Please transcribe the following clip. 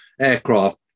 aircraft